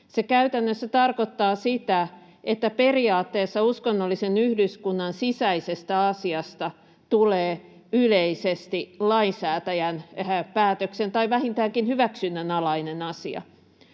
se käytännössä tarkoittaa sitä, että periaatteessa uskonnollisen yhdyskunnan sisäisestä asiasta tulee yleisesti lainsäätäjän päätöksen tai vähintäänkin hyväksynnän alainen asia.